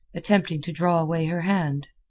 attempting to draw away her hand.